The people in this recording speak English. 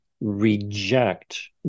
reject